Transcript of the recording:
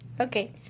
Okay